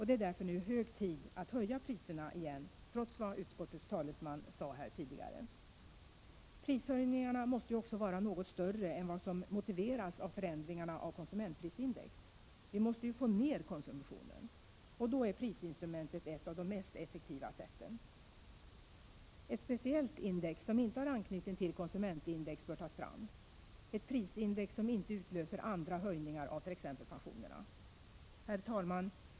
Det är därför hög tid att höja priserna igen, trots vad utskottets talesman sade här tidigare. Prishöjningarna måste också vara något större än vad som motiveras av förändringarna av konsumentprisindex. Vi måste ju få ned konsumtionen! Och då är prisinstrumentet ett av de mest effektiva sätten. Ett speciellt index som inte har anknytning till konsumentprisindex bör tas fram, ett prisindex som inte utlöser andra höjningar, t.ex. av pensionerna. Herr talman!